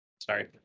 Sorry